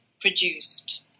produced